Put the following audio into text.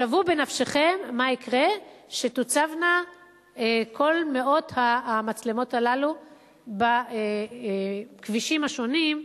שוו בנפשכם מה יקרה כשתוצבנה כל מאות המצלמות הללו בכבישים השונים,